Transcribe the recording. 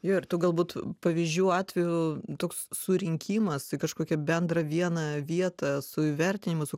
ir ųu galbūt pavyzdžių atvejų toks surinkimas į kažkokią bendrą vieną vietą su įvertinimu su